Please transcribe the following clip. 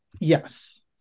Yes